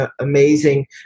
amazing